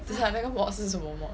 等下那个 mod 是什么 mod